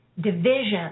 division